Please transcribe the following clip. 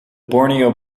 borneo